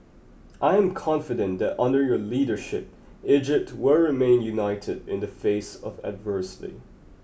I am confident that under your leadership Egypt will remain united in the face of adversity